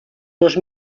dos